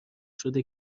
شده